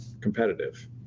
competitive